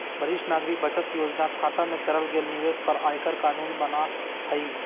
वरिष्ठ नागरिक बचत योजना खता में करल गेल निवेश पर आयकर कानून बना हइ